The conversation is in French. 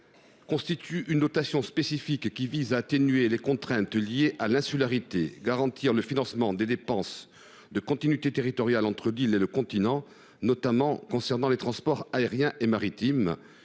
constitue une dotation spécifique, qui vise à atténuer les contraintes liées à l’insularité et à garantir le financement des dépenses de continuité territoriale entre l’île et le continent, notamment en matière de transport aérien et maritime.